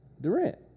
Durant